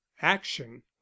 action